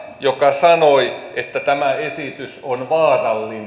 joka sanoi että tämä esitys on vaarallinen niin